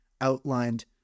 outlined